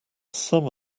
some